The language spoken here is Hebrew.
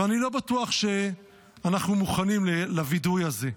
ואני לא בטוח שאנחנו מוכנים לווידוי הזה.